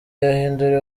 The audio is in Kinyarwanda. yahinduriwe